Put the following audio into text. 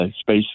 space